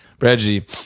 Reggie